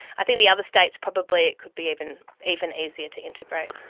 i think the other states probably it could be even even easier to integrate.